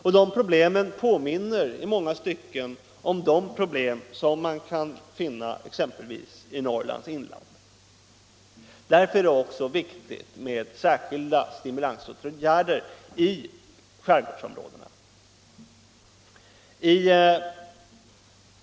Dessa problem påminner i många stycken om de problem som man kan finna exempelvis i Norrlands inland. Därför är det också viktigt med särskilda stimulansåtgärder i skärgårdsområdena.